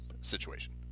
situation